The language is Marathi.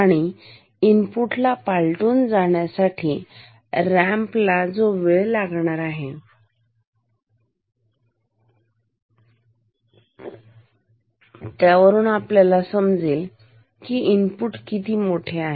आणि इनपुटला पालटून जाण्यासाठी रॅम्प ला जो वेळ लागणार आहे त्यावरून आपल्याला समजेल इनपुट किती मोठे आहे